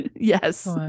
yes